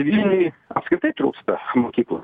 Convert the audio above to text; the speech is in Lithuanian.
vilniui apskritai trūksta mokyklų